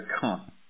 come